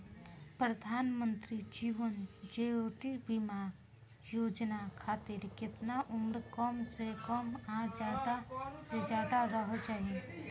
प्रधानमंत्री जीवन ज्योती बीमा योजना खातिर केतना उम्र कम से कम आ ज्यादा से ज्यादा रहल चाहि?